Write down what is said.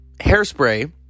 Hairspray